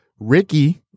Ricky